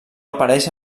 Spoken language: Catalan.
apareix